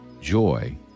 joy